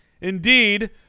Indeed